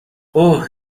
اوه